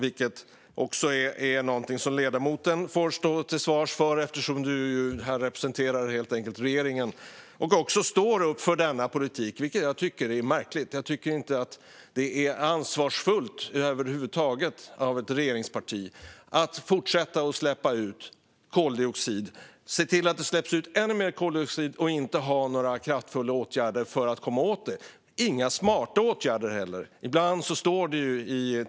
Detta är någonting som ledamoten får stå till svars för helt enkelt eftersom han representerar regeringen här - och även står upp för denna politik, vilket jag tycker är märkligt. Jag tycker inte att det är ansvarsfullt över huvud taget av ett regeringsparti att låta koldioxid fortsätta släppas ut. Man ser till att det släpps ut ännu mer koldioxid och har inga kraftfulla åtgärder för att komma åt det. Det finns inte heller några smarta åtgärder.